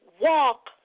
walk